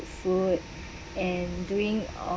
food and doing all